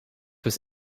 was